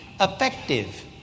effective